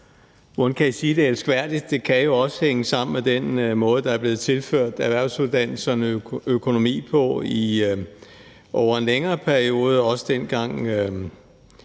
hvordan kan jeg sige det elskværdigt? – det kan jo også hænge sammen med den måde, der er blevet tilført midler til erhvervsuddannelserne over en længere periode, også dengang